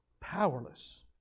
powerless